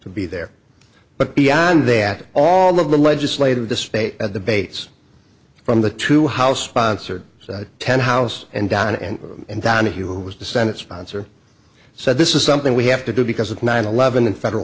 to be there but beyond that all of the legislative display at the bates from the two house sponsored ten house and down and down who was the senate sponsor said this is something we have to do because of nine eleven in federal